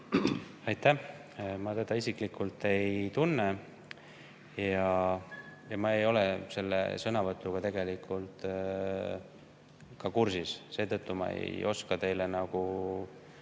Aitäh! Ma teda isiklikult ei tunne ja ma ei ole selle sõnavõtuga tegelikult ka kursis, seetõttu ma ei oska teile